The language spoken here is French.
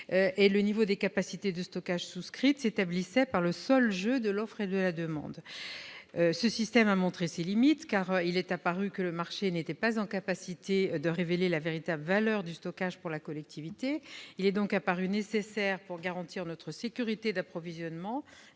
le niveau des capacités de stockage souscrites s'établissait par le seul jeu de l'offre et de la demande. Ce système a montré ses limites, car il est apparu que le marché n'était pas en mesure de révéler la véritable valeur du stockage pour la collectivité. Il est donc apparu nécessaire, pour garantir notre sécurité d'approvisionnement,